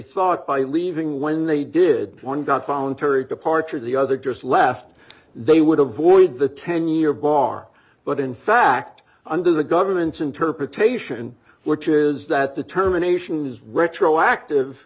thought by leaving when they did one got voluntary departure the other just left they would avoid the ten year bar but in fact under the government's interpretation which is that determination is retroactive